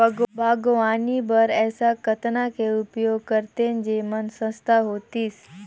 बागवानी बर ऐसा कतना के उपयोग करतेन जेमन सस्ता होतीस?